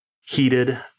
heated